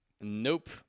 Nope